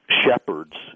shepherds